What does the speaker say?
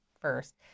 first